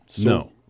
No